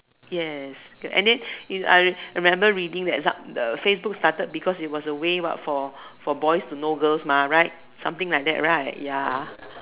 yes and then I remember reading that Facebook started because it was a way what for for boys to know girls right something like that right ya